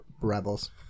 Rebels